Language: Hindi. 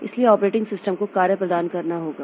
इसलिए ऑपरेटिंग सिस्टम को कार्य प्रदान करना होगा